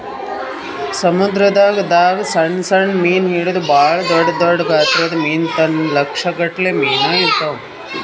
ಸಮುದ್ರದಾಗ್ ದಾಗ್ ಸಣ್ಣ್ ಸಣ್ಣ್ ಮೀನ್ ಹಿಡದು ಭಾಳ್ ದೊಡ್ಡ್ ಗಾತ್ರದ್ ಮೀನ್ ತನ ಲಕ್ಷ್ ಗಟ್ಲೆ ಮೀನಾ ಇರ್ತವ್